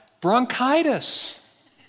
bronchitis